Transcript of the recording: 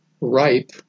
ripe